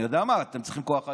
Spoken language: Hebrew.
אני יודע מה, אתם צריכים כוח אדם,